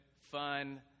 fun